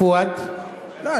פואד לא,